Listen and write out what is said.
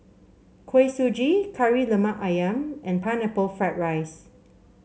Kuih Suji Kari Lemak ayam and Pineapple Fried Rice